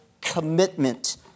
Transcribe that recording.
commitment